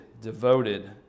devoted